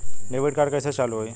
Debit card कइसे चालू होई?